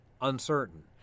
uncertain